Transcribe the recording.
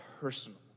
personal